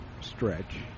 stretch